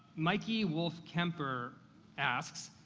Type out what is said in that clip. mykey wolf kemper asks,